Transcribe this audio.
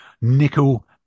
nickel